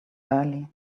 early